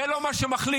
זה לא מה שמחליף